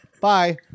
Bye